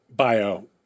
bio